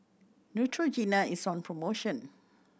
Neutrogena is on promotion